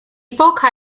foci